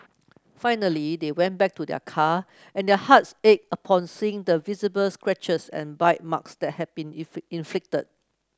finally they went back to their car and their hearts ached upon seeing the visible scratches and bite marks that had been inflicted